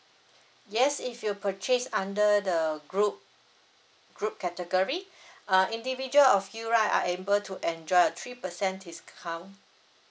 yes if you purchase under the group group category uh individual of you right are able to enjoy a three percent discount